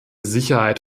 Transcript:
sicherheit